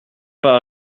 pas